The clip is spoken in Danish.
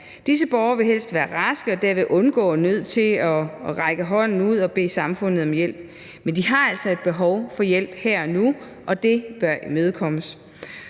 Disse borgere vil helst være raske og derved undgå at være nødt til at række hånden ud og bede samfundet om hjælp, men de har altså et behov for hjælp her og nu, og det bør imødekommes.